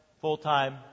full-time